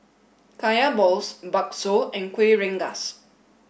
Kaya balls Bakso and Kueh Rengas